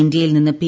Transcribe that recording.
ഇന്ത്യയിൽ നിന്നും പി